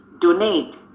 donate